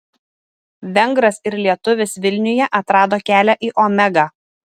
vengras ir lietuvis vilniuje atrado kelią į omegą